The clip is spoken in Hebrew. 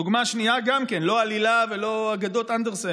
דוגמה שנייה, גם כן, לא עלילה ולא אגדות אנדרסן,